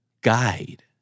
guide